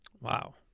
Wow